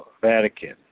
Vatican